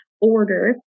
order